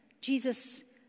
Jesus